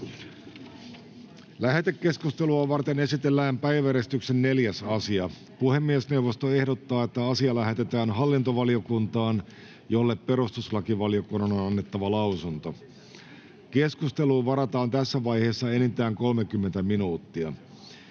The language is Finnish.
Lähetekeskustelua varten esitellään päiväjärjestyksen 4. asia. Puhemiesneuvosto ehdottaa, että asia lähetetään hallintovaliokuntaan, jolle perustuslakivaliokunnan on annettava lausunto. Keskusteluun varataan tässä vaiheessa enintään 30 minuuttia.